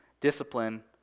discipline